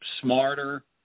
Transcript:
smarter